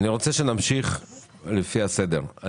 אני רוצה שנמשיך לפי הסדר.